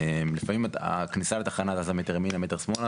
לפעמים הכניסה לתחנה זזה מטר ימינה או מטר שמאלה,